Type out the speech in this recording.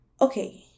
okay